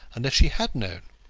unless she had known.